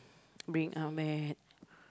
bring